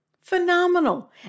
Phenomenal